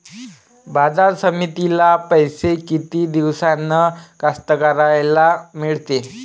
बाजार समितीतले पैशे किती दिवसानं कास्तकाराइले मिळते?